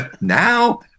now